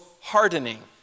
hardening